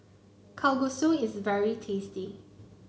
Kalguksu is very tasty